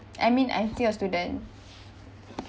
I mean I'm still a student